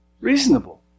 reasonable